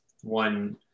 one